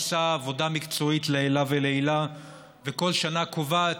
עושה עבודה מקצועית לעילא ולעילא וכל שנה קובעת